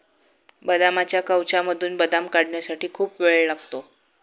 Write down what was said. बदामाच्या कवचामधून बदाम काढण्यासाठी खूप वेळ लागतो